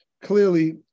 Clearly